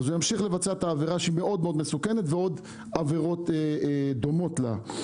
והוא ימשיך לבצע את העבירה שהיא מאוד מאוד מסוכנת ועוד עבירות דומות לה.